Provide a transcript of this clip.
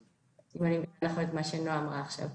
אם אני מבינה נכון את מה שנעה אמרה עכשיו.